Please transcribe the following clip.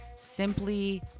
simply